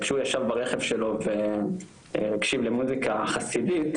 כשהוא ישב ברכב שלו והקשיב למוזיקה החסידית,